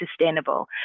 sustainable